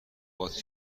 باد